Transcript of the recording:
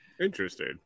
Interesting